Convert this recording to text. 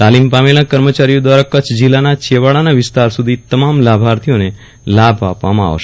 તાલીમ પામેલા કર્મચારીઓ દ્વારા કચ્છ જિલ્લાના છેવાડાના વિસ્તાર સુધી તમામ લાભાર્થીઓને લાભ આપવામાં આવશે